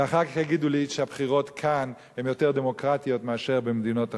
ואחר כך יגידו לי שהבחירות כאן הן יותר דמוקרטיות מאשר במדינות אחרות.